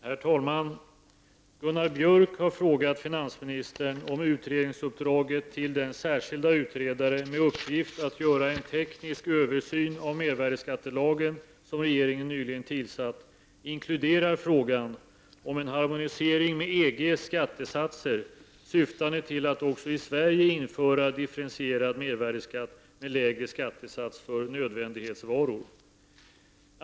Herr talman! Gunnar Björk har frågat finansministern om utredningsuppdraget till den särskilda utredare med uppgift att göra en teknisk översyn av mervärdeskattelagen som regeringen nyligen tillsatt inkluderar frågan om en harmonisering med EG:s skattesatser, syftande till att också i Sverige införa differentierad mervärdeskatt med lägre skattesats för nödvändighetsvaror.